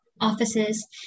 offices